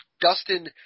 Dustin